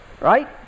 Right